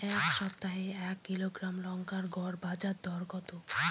এই সপ্তাহে এক কিলোগ্রাম লঙ্কার গড় বাজার দর কত?